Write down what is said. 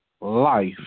life